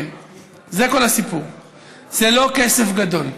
זה לא כסף גדול.